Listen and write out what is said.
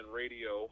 radio